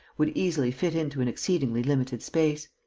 would easily fit into an exceedingly limited space.